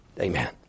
Amen